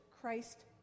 Christ